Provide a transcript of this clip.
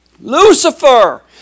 Lucifer